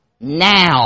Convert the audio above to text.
now